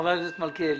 חבר הכנסת מלכיאלי.